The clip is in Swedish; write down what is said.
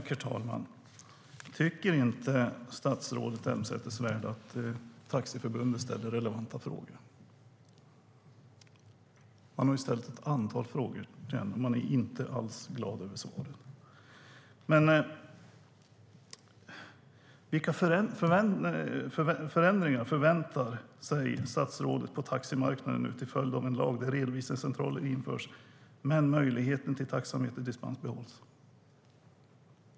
Herr talman! Tycker inte statsrådet Elmsäter-Svärd att Taxiförbundet ställer relevanta frågor? Man har ställt ett antal frågor, och man är inte alls glad över svaren. Vilka förändringar förväntar sig statsrådet på taximarknaden till följd av en lag enligt vilken redovisningscentraler införs men möjligheten till taxameterdispens behålls?